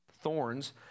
thorns